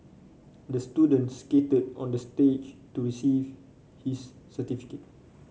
the student skated on the stage to receive his certificate